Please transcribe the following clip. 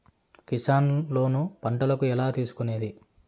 Kisan loan పంటలకు ఎలా తీసుకొనేది?